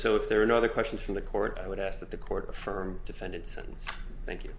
so if there are no other questions from the court i would ask that the court affirm defendant sentence thank you